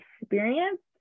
experience